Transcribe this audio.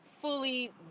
fully